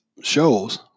shows